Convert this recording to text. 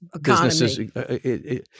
businesses